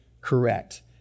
correct